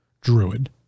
druid